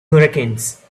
hurricanes